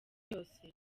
yose